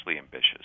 ambitious